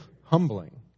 humbling